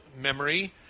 memory